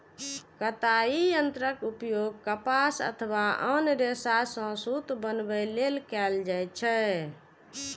कताइ यंत्रक उपयोग कपास अथवा आन रेशा सं सूत बनबै लेल कैल जाइ छै